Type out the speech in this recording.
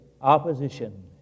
Opposition